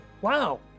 wow